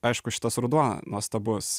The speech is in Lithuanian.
aišku šitas ruduo nuostabus